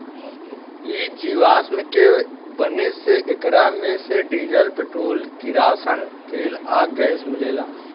इ जीवाश्म के बने से एकरा मे से डीजल, पेट्रोल, किरासन तेल आ गैस मिलेला